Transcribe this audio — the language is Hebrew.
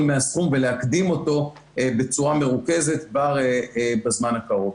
מהסכום ולהקדים אותו בצורה מרוכזת כבר בזמן הקרוב.